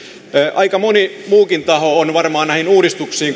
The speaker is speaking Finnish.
aika moni muukin taho kuten koulusektori on varmaan näihin uudistuksiin